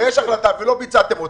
יש החלטה ולא ביצעתם אותה.